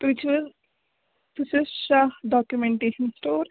تُہۍ چھِو حظ تُہۍ چھِو حظ شاہ ڈاکمیٚنٹیشَن سِٹور